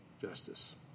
justice